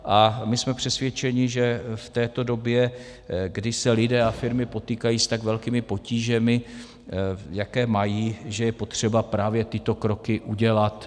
A my jsme přesvědčeni, že v této době, kdy se lidé a firmy potýkají s tak velkými potížemi, jaké mají, je potřeba právě tyto kroky udělat.